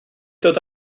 dod